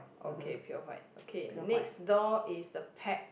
okay pure white okay next door is the pet